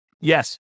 yes